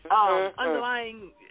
underlying